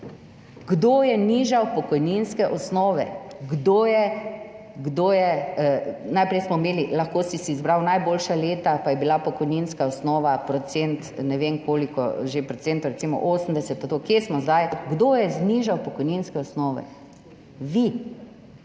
Kdo je nižal pokojninske osnove? Kdo je? Najprej smo imeli to, da si lahko izbral najboljša leta, pa je bila pokojninska osnova procent, ne vem, koliko že procentov, recimo 80. Kje smo zdaj? Kdo je znižal pokojninske osnove? Vi.